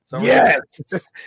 Yes